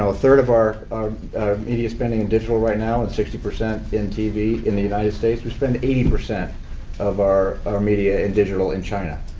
third of our media spending in digital right now and sixty percent in tv in the united states. we spent eighty percent of our our media in digital in china.